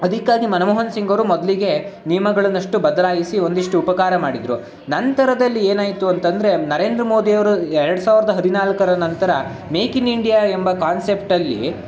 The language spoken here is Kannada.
ಅದಕ್ಕಾಗಿ ಮನಮೋಹನ್ ಸಿಂಗ್ ಅವರು ಮೊದಲಿಗೆ ನಿಯಮಗಳನ್ನಷ್ಟು ಬದಲಾಯಿಸಿ ಒಂದಷ್ಟು ಉಪಕಾರ ಮಾಡಿದರು ನಂತರದಲ್ಲಿ ಏನಾಯಿತು ಅಂತಂದರೆ ನರೇಂದ್ರ ಮೋದಿಯವರು ಎರಡು ಸಾವಿರದ ಹದಿನಾಲ್ಕರ ನಂತರ ಮೇಕ್ ಇನ್ ಇಂಡಿಯಾ ಎಂಬ ಕಾನ್ಸೆಪ್ಟಲ್ಲಿ